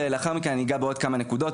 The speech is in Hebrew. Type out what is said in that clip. ולאחר מכן אני אגע בעוד כמה נקודות.